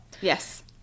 Yes